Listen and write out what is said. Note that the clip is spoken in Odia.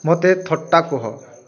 ମୋତେ ଥଟ୍ଟା କୁହ